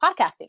podcasting